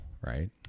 right